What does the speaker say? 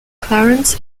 clarence